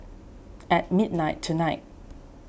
at midnight tonight